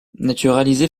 naturalisé